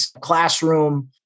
classroom